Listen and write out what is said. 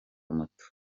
moto